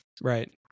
right